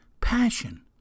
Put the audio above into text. Passion